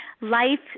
life